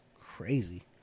crazy